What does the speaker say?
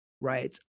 right